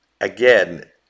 Again